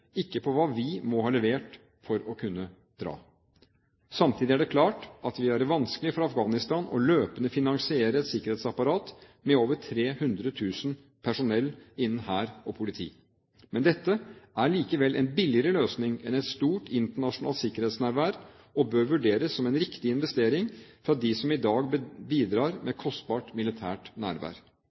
ikke på hva vi må ha levert for å kunne dra. Samtidig er det klart at det vil være vanskelig for Afghanistan å løpende finansiere et sikkerhetsapparat med mer enn 300 000 personell innen hær og politi. Men dette er likevel en billigere løsning enn et stort internasjonalt sikkerhetsnærvær og bør vurderes som en riktig investering fra dem som i dag bidrar med kostbart militært nærvær.